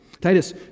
Titus